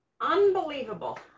unbelievable